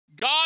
god